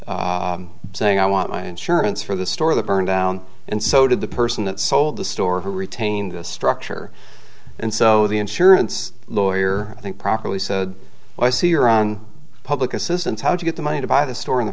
claim saying i want my insurance for the store that burned down and so did the person that sold the store who retained the structure and so the insurance lawyer i think properly said oh i see you're on public assistance how did you get the money to buy the store in the